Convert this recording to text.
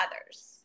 others